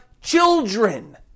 children